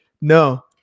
No